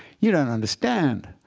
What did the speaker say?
you don't understand.